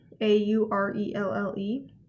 A-U-R-E-L-L-E